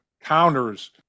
counters